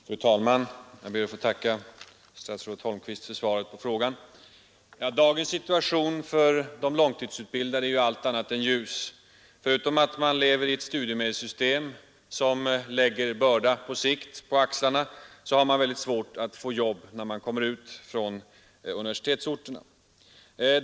Fru talman! Jag ber att få tacka statsrådet för svaret. Dagens situation för de långtidsutbildade är ju allt annat än ljus. Förutom att de lever med ett studiemedelssystem som lägger börda på sikt på deras axlar har de väldigt svårt att få jobb när de kommer ut från universiteten.